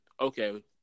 Okay